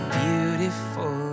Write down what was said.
beautiful